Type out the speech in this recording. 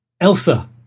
elsa